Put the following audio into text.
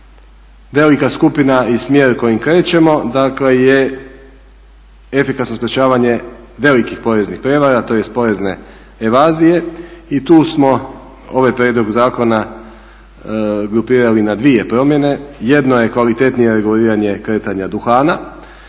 velika skupina i smjer kojim krećemo je efikasno sprečavanje velikih poreznih prijevara tj. porezne evazije i tu smo ovaj prijedlog grupirali na dvije promjene. Jedno je kvalitetnije reguliranje kretanje duhana